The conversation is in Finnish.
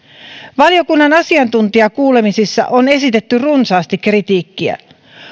valiokunnan asiantuntijakuulemisissa on esitetty runsaasti kritiikkiä